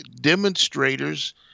demonstrators